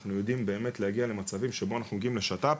אנחנו יודעים באמת להגיע למצבים שבו אנחנו מגיעים לשת"פ